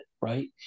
right